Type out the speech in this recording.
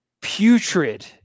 putrid